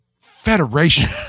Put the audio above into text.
federation